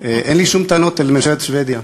אין לי שום טענות לממשלת שבדיה,